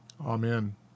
Amen